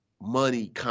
money